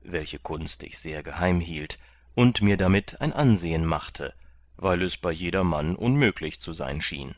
welche kunst ich sehr geheimhielt und mir damit ein ansehen machte weil es bei jedermann unmüglich zu sein schien